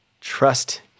trust